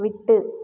விட்டு